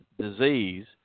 disease